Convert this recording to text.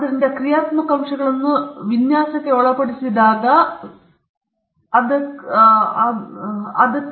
ಆದ್ದರಿಂದ ಕ್ರಿಯಾತ್ಮಕ ಅಂಶಗಳನ್ನು ವಿನ್ಯಾಸಕ್ಕೆ ಒಳಪಡಿಸಿದಾಗ ಬಲ ಹೊಂದಿರುವವರು ಸಾಮಾನ್ಯವಾಗಿ ಹೋಗುವುದಿಲ್ಲ ಮತ್ತು ಅದಕ್ಕೆ ಒಂದು ನೋಂದಾಯಿತ ವಿನ್ಯಾಸವನ್ನು ಪಡೆಯುವುದಿಲ್ಲ